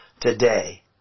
today